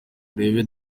urebe